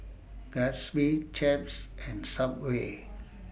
Gatsby Chaps and Subway